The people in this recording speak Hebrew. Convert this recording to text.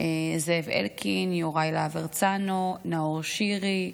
זאב אלקין, יוראי להב הרצנו, נאור שירי,